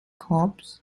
corps